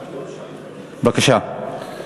בבקשה.